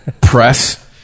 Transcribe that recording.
press